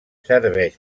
serveix